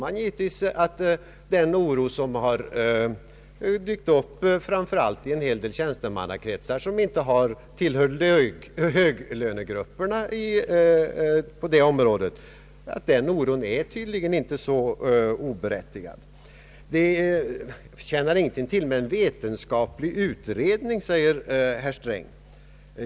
Jag förstår att den oro som har dykt upp framför allt i en del tjänstemannakretsar som inte tillhör höglönegrupperna på detta område tydligen inte är så oberättigad. Herr Sträng säger vidare att det inte tjänar någonting till med en vetenskaplig utredning i detta avseende.